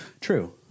True